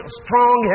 strong